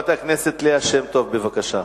חברת הכנסת ליה שמטוב,